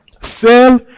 Sell